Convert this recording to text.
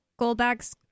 goldbacks